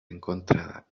encontrada